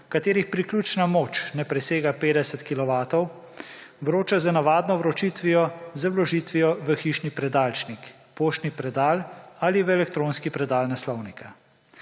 katerih priključna moč ne presega 50 kilovatov, vročajo z navadno vročitvijo, z vložitvijo v hišni predalčnik, poštni predal ali v elektronskih predal naslovnika.